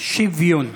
שִׁוְויון.